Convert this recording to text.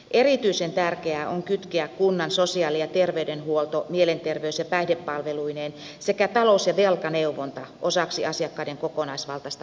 erityisen tärkeää on kytkeä kunnan sosiaali ja terveydenhuolto mielenterveys ja päihdepalveluineen sekä talous ja velkaneuvonta osaksi asiakkaiden kokonaisvaltaista auttamista